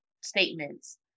statements